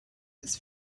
his